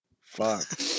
Fuck